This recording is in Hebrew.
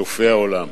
אלופי העולם,